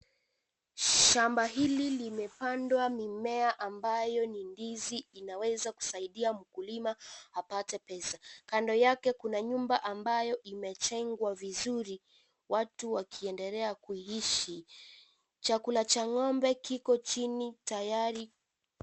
Shamba hili limepandwa mimea ambayo ni ndizi. Inaweza kusaidia mkulima apate pesa. Kando yake, kuna nyumba ambayo imejengwa vizuri, watu wakiendelea kuishi. Chakula cha ng'ombe kiko chini tayari.